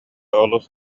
олус